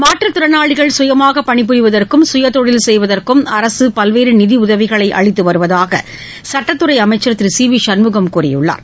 மாற்றுத் திறனாளிகள் சுயமாக பணிபுரிவதற்கும் சுய தொழில் செய்வதற்கும் அரசு பல்வேறு நிதி உதவிகளை அளித்து வருவதாக சுட்டத்துறை அமைச்சர் திரு சி வி சண்முகம் கூறியுள்ளார்